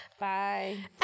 Bye